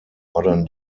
modern